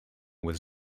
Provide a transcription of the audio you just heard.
was